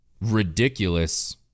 ridiculous